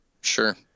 sure